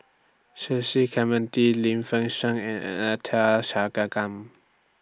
Cecil Clementi Lim Fei Shen and